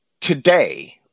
Today